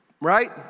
right